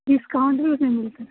discount भी यहाँ पर मिलता है